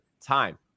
time